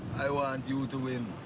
i want you to win.